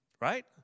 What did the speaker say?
right